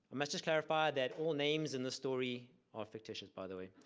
um just just clarify that all names in the story are fictitious by the way.